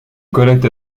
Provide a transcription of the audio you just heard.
collecte